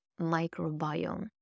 microbiome